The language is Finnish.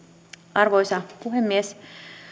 arvoisa puhemies